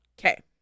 Okay